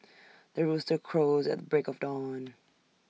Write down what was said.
the rooster crows at the break of dawn